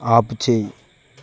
ఆపుచెయ్యి